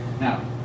Now